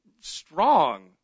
strong